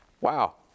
Wow